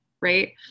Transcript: right